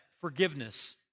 forgiveness